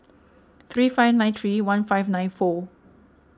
three five nine three one five nine four